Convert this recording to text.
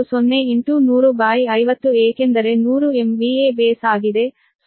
10 10050 ಏಕೆಂದರೆ 100 MVA base ಆಗಿದೆ 0